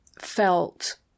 felt